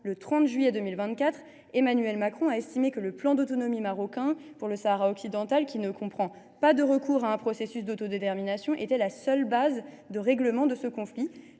le 30 juillet 2024, Emmanuel Macron a estimé que le plan d’autonomie marocain pour le Sahara occidental, qui ne comprend pas de recours à un processus d’autodétermination, était la « seule base de règlement » de ce conflit,